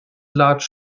large